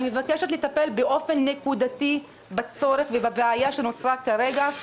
מבקשת לטפל באופן נקודתי בצורך ובבעיה שנוצרה כרגע.